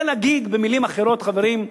זה להגיד, במלים אחרות: חברים,